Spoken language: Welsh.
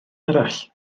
arall